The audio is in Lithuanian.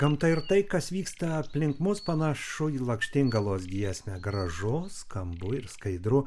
gamta ir tai kas vyksta aplink mus panašu į lakštingalos giesmę grąžu skambu ir skaidru